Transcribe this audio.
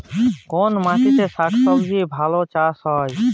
কোন মাটিতে শাকসবজী ভালো চাষ হয়?